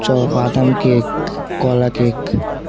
বাদাম কেক কলা কেক